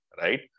right